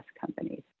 companies